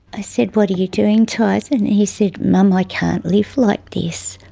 i said, what are you doing tyson? he said, mum, i can't live like this.